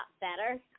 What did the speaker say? better